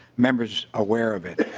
members aware of it.